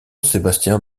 sébastien